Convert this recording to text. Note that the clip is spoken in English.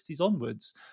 onwards